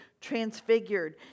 transfigured